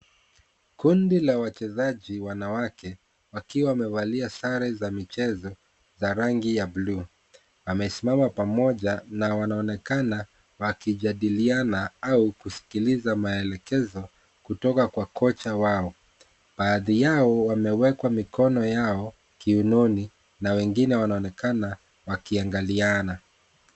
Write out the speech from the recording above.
Kundi la wachezaji wanawake wakiwa wamevalia sare za michezo na rangi ya bluu. Wamesimama pamoja na wanaonekana wakijadiliana au kuskiliza maelekezo kutoka Kwa kocha wao. Baadhi yao wamewekwa mikono yao kiunoni na wengine wanaonekana wakishangiliana.